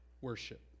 worship